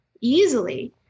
easily